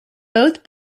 both